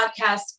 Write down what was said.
podcast